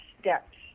steps